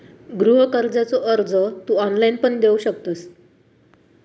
गृह कर्जाचो अर्ज तू ऑनलाईण पण देऊ शकतंस